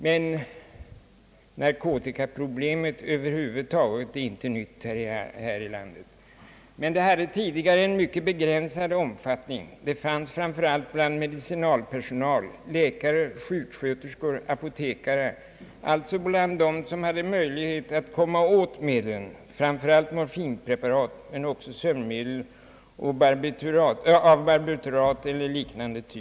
Men narkotikaproblemet över huvud taget är inte nytt här i landet. Tidigare hade det dock en mycket begränsad omfattning. Det förekom främst bland medicinalpersonal — läkare, sjuksköterskor, apotekare — alltså bland dem som hade möjlighet att komma åt medlen, framför allt morfinpreparat men också sömnmedel av barbiturateller liknande typ.